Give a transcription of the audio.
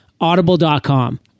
Audible.com